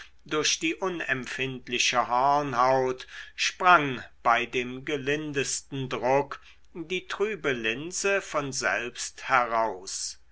durch die unempfindliche hornhaut sprang bei dem gelindesten druck die trübe linse von selbst heraus